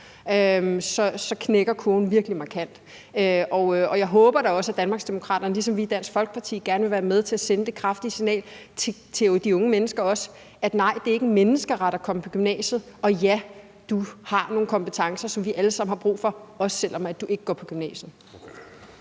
så knækker kurven virkelig markant. Jeg håber da også, at Danmarksdemokraterne ligesom os i Dansk Folkeparti gerne vil være med til at sende det kraftige signal til de unge mennesker om, at nej, det er ikke en menneskeret at komme i gymnasiet, og at ja, de har nogle kompetencer, som vi alle sammen har brug for, også selv om de ikke går i gymnasiet.